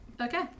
Okay